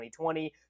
2020